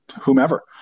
whomever